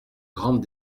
grande